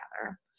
together